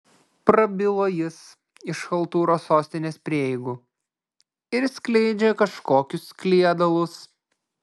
prabilo jis iš chaltūros sostinės prieigų ir skleidžia kažkokius kliedalus